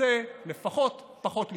תנסה לפחות פחות לשנוא.